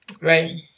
Right